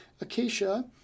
Acacia